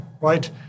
Right